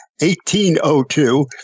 1802